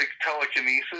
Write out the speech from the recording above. telekinesis